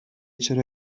چرا